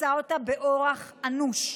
ופצע אותה באורח אנוש.